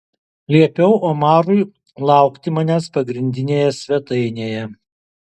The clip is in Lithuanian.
liepiau omarui laukti manęs pagrindinėje svetainėje